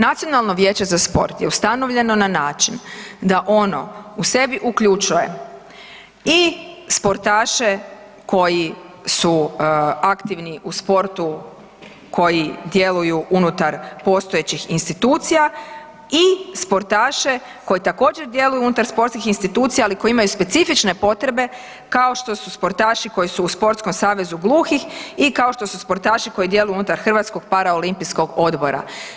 Nacionalno vijeće za sport je ustanovljeno na način da ono u sebi uključuje i sportaše koji su aktivni u sportu, koji djeluju unutar postojećih institucija i sportaše koji također djeluju unutar sportskih institucija ali koji imaju specifične potrebe kao što su sportaši koji su u Sportskom savezu gluhih i kao što su sportaši koji djeluju unutar Hrvatskog paraolimpijskog odbora.